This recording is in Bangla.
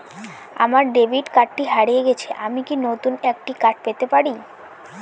আমার ডেবিট কার্ডটি হারিয়ে গেছে আমি কি নতুন একটি কার্ড পেতে পারি?